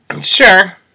Sure